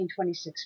1926